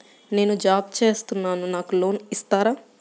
నేను జాబ్ చేస్తున్నాను నాకు లోన్ ఇస్తారా?